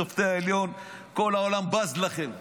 שופטי העליון: כל העולם בז לכם,